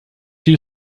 you